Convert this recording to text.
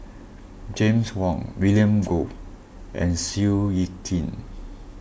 James Wong William Goode and Seow Yit Kin